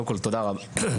קודם כול, תודה רבה.